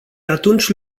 atunci